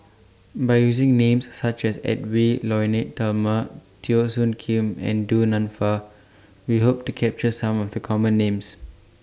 By using Names such as Edwy Lyonet Talma Teo Soon Kim and Du Nanfa We Hope to capture Some of The Common Names